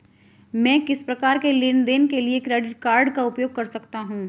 मैं किस प्रकार के लेनदेन के लिए क्रेडिट कार्ड का उपयोग कर सकता हूं?